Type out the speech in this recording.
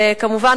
וכמובן,